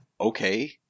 okay